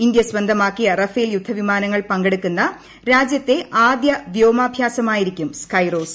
India സ്വന്തമാക്കിയ Rafale യുദ്ധവിമാനങ്ങൾ പങ്കെടുക്കുന്ന രാജ്യത്തെ ആദ്യ വ്യോമാഭ്യാസമായിരിക്കും സ്കൈറോസ്